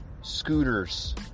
scooters